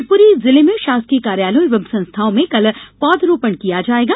शिवपूरी जिले शासकीय कार्यालयों एवं संस्थाओं में कल पौधरोपण किया जायेगा